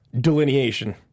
delineation